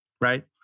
right